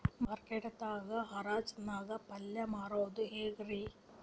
Market ದಾಗ್ ಹರಾಜ್ ನಾಗ್ ಪಲ್ಯ ಮಾರುದು ಹ್ಯಾಂಗ್ ರಿ?